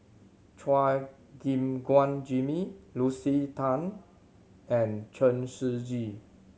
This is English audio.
Chua Gim Guan Jimmy Lucy Tan and Chen Shiji